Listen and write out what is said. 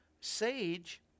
sage